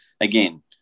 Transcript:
Again